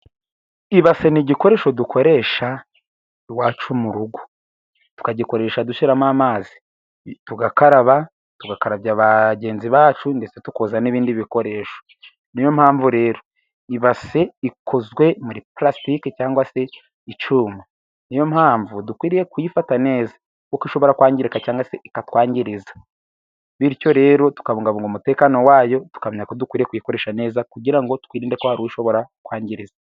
Ibase n'igikoresho dukoresha i wacu mu rugo; tukagikoresha dushyiramo amazi tugakaraba, tugakarabya bagenzi bacu ndetse tukoza n'ibindi bikoresho niyo mpamvu rero ibase ikozwe muri parasitike cyangwa se icyuma, niyo mpamvu dukwiriye kuyifata neza kuko ishobora kwangirika cyangwa se ikatwangiriza bityo rero tukabungabunga umutekano wayo tukamenya ko dukwiye kuyikoresha neza, kugira ngo twirinde ko hariwo ishobora kwangiriza.